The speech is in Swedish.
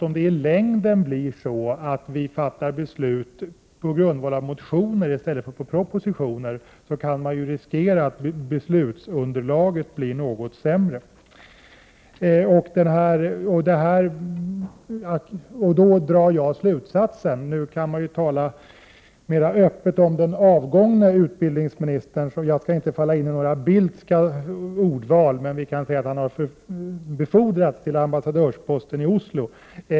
Om det i längden blir på det sättet att riksdagen fattar beslut på grundval av motioner i stället för på propositioner är risken att beslutsunderlaget blir något sämre. Nu kan vi ju också tala mer öppet om den avgångne utbildningsministern, men jag skall inte falla in i några ”bildtska” ordval. Låt oss säga att Lennart Bodström har befordrats till ambassadör i Oslo.